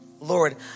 Lord